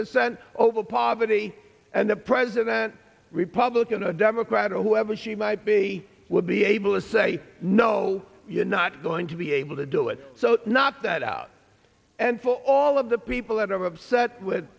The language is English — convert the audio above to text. percent over poverty and the president republican a democrat or whoever she might be would be able to say no you're not going to be able to do it so not that out and for all of the people that are upset with